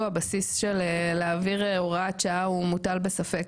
הבסיס של להעביר הוראת שעה הוא מוטל בספק,